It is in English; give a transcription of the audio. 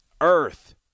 Earth